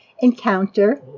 encounter